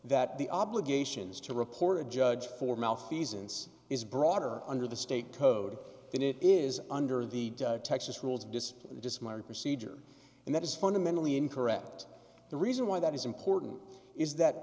that the obligations to report a judge for malfeasance is broader under the state code than it is under the texas rules display just marry procedure and that is fundamentally incorrect the reason why that is important is that